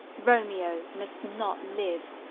romeo must not live.